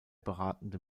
beratende